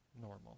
normal